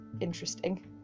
interesting